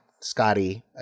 Scotty